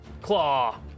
Claw